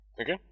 Okay